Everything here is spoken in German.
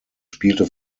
spielte